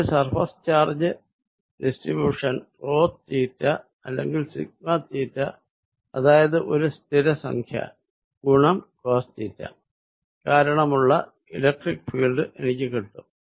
ഒരു surface charge distribution rho theta അല്ലെങ്കിൽ sigma theta അതായത് ഒരു സ്ഥിരസംഖ്യ ഗുണം കോസ് തീറ്റ കാരണമുള്ള ഇലക്ട്രിക്ക് ഫീൽഡ് എനിക്ക് കിട്ടും